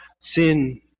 sin